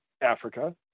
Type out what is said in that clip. Africa